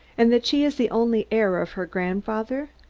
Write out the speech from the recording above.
and that she is the only heir of her grandfather?